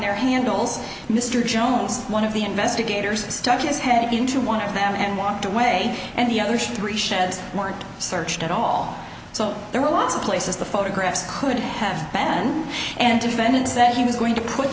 their handles mr jones one of the investigators stuck his head into one of them and walked away and the other three sheds more and searched at all so there were lots of places the photographs could have been and defendants that he was going to put